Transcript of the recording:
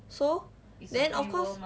so then of course